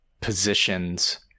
positions